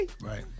Right